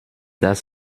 das